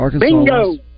Bingo